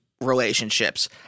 relationships